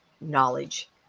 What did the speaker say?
knowledge